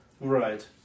Right